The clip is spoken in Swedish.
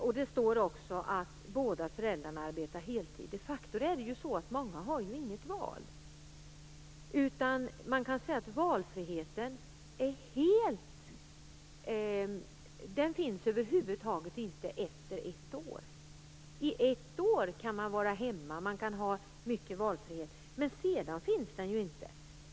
Utgångspunkten är också att båda föräldrarna arbetar heltid. De facto är det ju så att många inte har något val. Man kan säga att valfriheten över huvud taget inte finns efter ett år. I ett år kan man vara hemma. Man kan då ha stor valfrihet. Men sedan finns den inte.